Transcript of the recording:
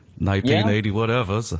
1980-whatever